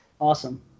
Awesome